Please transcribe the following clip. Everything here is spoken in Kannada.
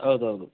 ಹೌದೌದು